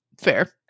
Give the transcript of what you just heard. fair